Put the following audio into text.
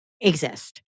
exist